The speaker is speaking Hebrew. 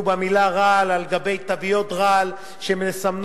ובמלה "רעל" על גבי תוויות רעל שמסמנות